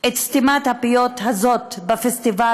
את סתימת הפיות הזאת בפסטיבל,